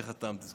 כשחתמתי.